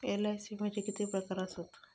LIC विम्याचे किती प्रकार आसत?